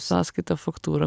sąskaitą faktūrą